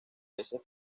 veces